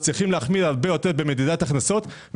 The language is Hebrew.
צריכים להחמיר הרבה יותר במדידת הכנסות,